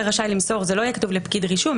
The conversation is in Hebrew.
זה כתובת,